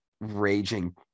raging